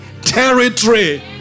territory